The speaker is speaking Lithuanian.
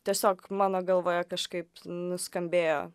tiesiog mano galvoje kažkaip nuskambėjo